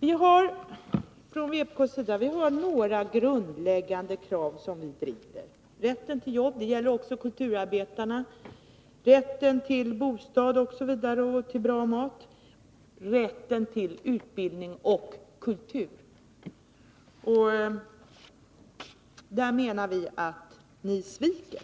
Vi från vpk:s sida driver några grundläggande krav: rätten till jobb — det gäller också kulturarbetarna —, rätten till bostad, bra mat osv., och rätten till utbildning och kultur. Där menar vi att ni sviker,